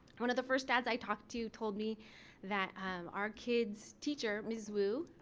one of the first dads i talked to told me that our kids teacher mrs. wu.